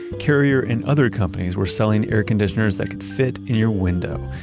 carrier and other companies were selling air conditioners that could fit in your window.